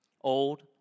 Old